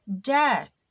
death